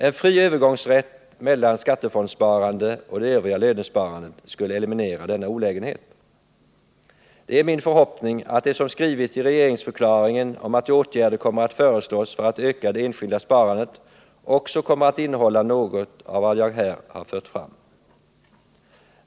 En fri övergångsrätt mellan skattefondsparande och det övriga lönesparandet skulle eliminera denna olägenhet. Det är min förhoppning att det som skrivits i regeringsförklaringen om att åtgärder kommer att föreslås för att öka det enskilda sparandet också kommer att innehålla något av vad jag här har fört fram.